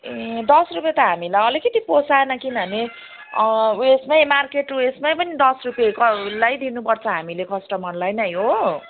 ए दस रुपियाँ त हामीलाई अलिकति पोसाएन किनभने ऊ यसमै मार्केट ऊ यसमै पनि दस रुपियाँकै लाइदिनुपर्छ हामीले कस्टमरलाई नै हो